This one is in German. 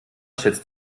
schätzt